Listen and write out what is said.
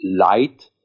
light